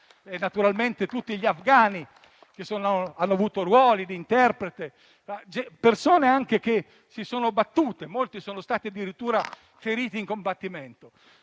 naturalmente a tutti gli afghani che hanno avuto il ruolo di interprete, persone che si sono battute, molte delle quali sono state addirittura ferite in combattimento.